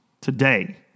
today